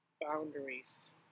boundaries